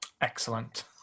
Excellent